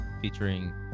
featuring